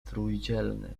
trójdzielny